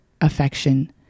affection